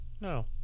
no